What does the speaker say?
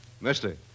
Mister